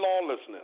lawlessness